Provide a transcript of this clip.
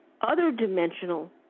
other-dimensional